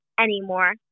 anymore